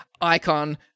icon